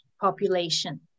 population